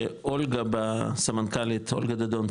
שאולגה דדון,